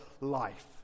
life